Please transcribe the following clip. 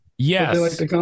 Yes